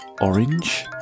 orange